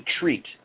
treat